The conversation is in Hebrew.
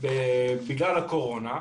בגלל הקורונה,